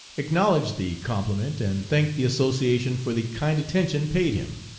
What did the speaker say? acknowledged the compliment, and thanked the association for the kind attention paid him,